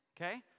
okay